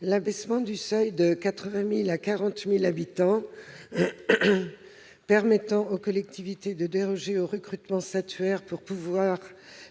L'abaissement de 80 000 à 40 000 habitants du seuil permettant aux collectivités de déroger au recrutement statutaire pour pourvoir